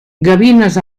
gavines